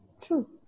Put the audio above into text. True